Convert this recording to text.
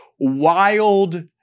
wild